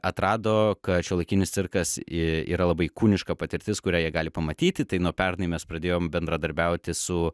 atrado kad šiuolaikinis cirkas yra labai kūniška patirtis kurią jie gali pamatyti tai nuo pernai mes pradėjom bendradarbiauti su